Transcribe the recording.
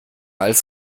als